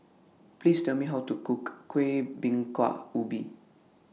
Please Tell Me How to Cook Kuih Bingka Ubi